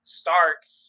starts